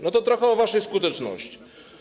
No to trochę o waszej skuteczności.